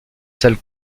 salle